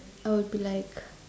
I will be like